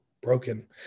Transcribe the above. broken